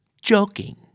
joking